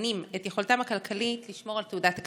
בוחנים את יכולתם הכלכלית לשמור על תעודת הכשרות.